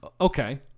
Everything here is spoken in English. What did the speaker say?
Okay